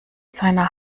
seiner